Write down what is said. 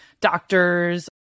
doctors